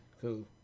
cool